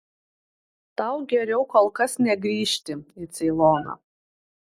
tau geriau kol kas negrįžti į ceiloną